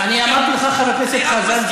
אני אמרתי לך: חבר הכנסת חזן.